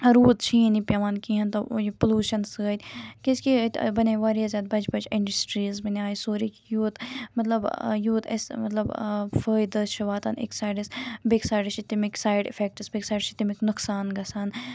روٗد چھِیٖنہٕ پیٚوان کِہیٖنۍ تہٕ یہِ پلوٗشَن سۭتۍ کیازِ کہِ اَتہِ بَنے واریاہ زیادٕ بَجہِ بَجہِ اِنڈسٹریٖز بَنے سورُے یوت مطلب یوٗت اَسہِ مطلب فٲیدٕ چھُ واتان أکِس سایڈس بیٚکہِ سایڈٕ چھِ تَمیُک سایڈ اِفٮ۪کٹٕس بیٚکہِ سایڈٕ چھِ تمیُک نُقصان گَژھان